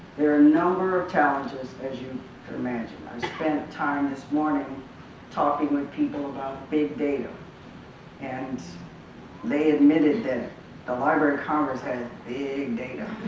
there are a number of challenges as you can imagine. i spent time this morning talking with people about big data and they admitted that the library of congress has big data